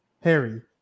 Harry